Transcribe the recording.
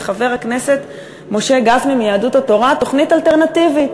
וחבר הכנסת משה גפני מיהדות התורה תוכנית אלטרנטיבית,